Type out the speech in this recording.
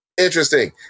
interesting